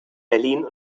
berlin